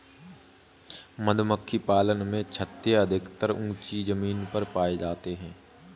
मधुमक्खी पालन में छत्ते अधिकतर ऊँची जमीन पर पाए जाते हैं